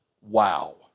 Wow